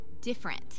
different